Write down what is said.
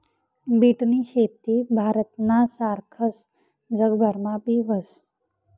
बीटनी शेती भारतना सारखस जगभरमा बी व्हस